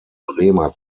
bremer